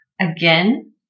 again